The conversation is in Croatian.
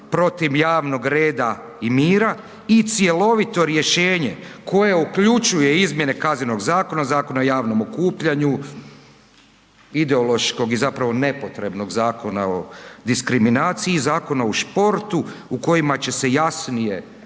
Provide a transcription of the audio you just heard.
protiv javnog reda i mira i cjelovito rješenje koje uključuje izmjene Kaznenog zakona, Zakona o javnom okupljanju, ideološkog i zapravo nepotrebnog Zakona o diskriminaciji i Zakona o sportu u kojima će se jasnije